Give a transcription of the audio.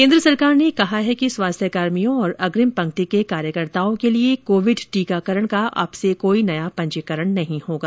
केंद्र सरकार ने कहा है कि स्वास्थ्य कर्मियों और अग्रिम पंक्ति के कार्यकर्ताओं के लिए कोविड टीकाकरण का अब से कोई नया पंजीकरण नहीं होगा